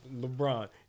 LeBron